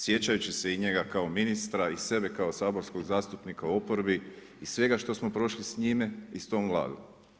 Sjećajući se i njega kao ministra i sebe kao saborskog zastupnika u oporbi i svega što smo prošli s njime i s tom Vladom.